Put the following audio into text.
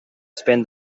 spend